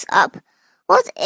up.What